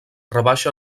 rebaixa